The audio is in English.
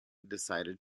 decided